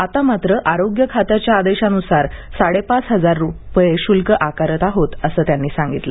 आता आरोग्य खात्याच्या आदेशानुसार साडेपाच हजार रुपये शुल्क आकारत आहोत असं त्यानी सांगितलं